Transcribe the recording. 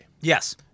Yes